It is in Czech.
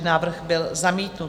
Návrh byl zamítnut.